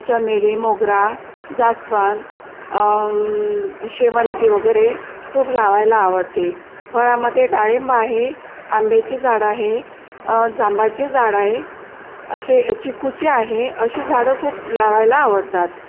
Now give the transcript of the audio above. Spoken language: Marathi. चमेली मोगरा जास्वंद शेवंती वगैरे खूप लावायला आवडते फळामध्ये डाळिंब आहे आंब्याची झाडं आहे जांबाचे झाड आ आहे असे चिकुचे आहे अशी झाडं खूप लावायला आवडतात